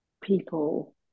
people